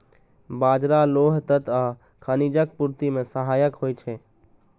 बाजरा लौह तत्व आ खनिजक पूर्ति मे सहायक होइ छै